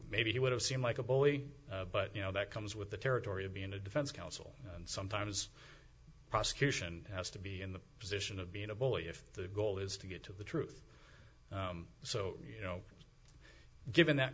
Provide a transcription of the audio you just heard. maybe he would have seemed like a boy but you know that comes with the territory of being a defense counsel and sometimes prosecution has to be in the position of being a bully if the goal is to get to the truth so you know given that